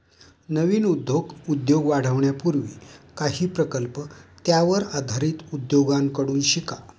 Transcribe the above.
नवीन उद्योग वाढवण्यापूर्वी काही प्रकल्प त्यावर आधारित उद्योगांकडून शिका